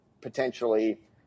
potentially